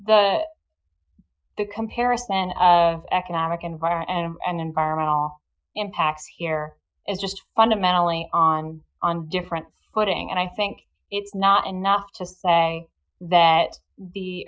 the the comparison of economic environment and environmental impacts here and just fundamentally on on different footing and i think it's not enough to say that the